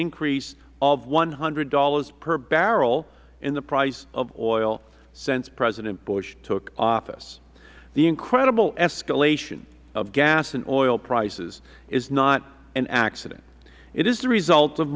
increase of one hundred dollars per barrel in the price of oil since president bush took office the incredible escalation of gas and oil prices is not an accident it is the reality of